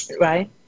right